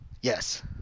Yes